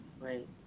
right